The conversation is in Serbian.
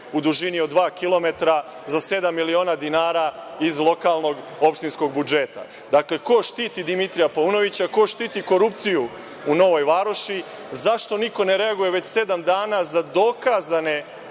u dužini od dva kilometra za sedam miliona dinara iz lokalnog opštinskog budžeta? Dakle, ko štiti Dimitrija Paunovića? Ko štiti korupciju u Novoj Varoši? Zašto niko ne reaguje već sedam dana za dokazane